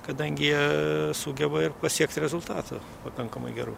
kadangi jie sugeba ir pasiekt rezultatą pakankamai gerų